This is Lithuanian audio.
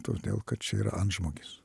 todėl kad čia yra antžmogis